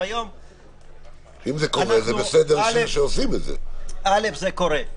אל"ף זה קורה.